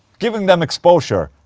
giving them exposure.